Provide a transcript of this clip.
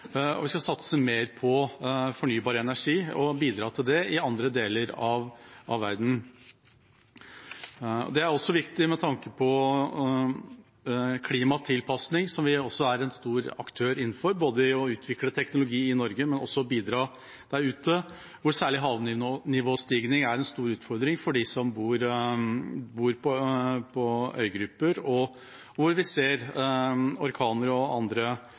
og vi skal satse mer på fornybar energi og bidra til det i andre deler av verden. Det er også viktig med tanke på klimatilpasning – der vi er en stor aktør, både ved å utvikle teknologi i Norge, og også ved å bidra der ute – hvor særlig havnivåstigning er en stor utfordring for dem som bor på øygrupper, og hvor vi ser orkaner og andre